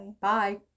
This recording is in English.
Bye